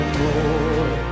more